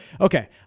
okay